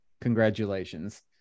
congratulations